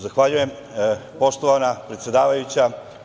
Zahvaljujem poštovana predsedavajuća.